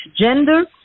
gender